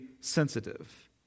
sensitive